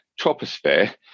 troposphere